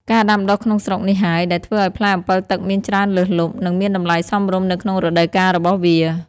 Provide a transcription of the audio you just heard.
ការដាំដុះក្នុងស្រុកនេះហើយ ដែលធ្វើឱ្យផ្លែអម្ពិលទឹកមានច្រើនលើសលប់ និងមានតម្លៃសមរម្យនៅក្នុងរដូវកាលរបស់វា។